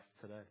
today